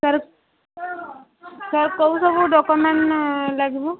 sir sir କେଉଁ ସବୁ document ଲାଗିବ